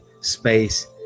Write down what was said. space